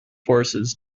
forces